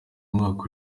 umwaka